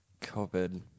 COVID